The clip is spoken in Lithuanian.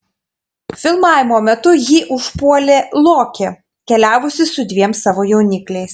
filmavimo metu jį užpuolė lokė keliavusi su dviem savo jaunikliais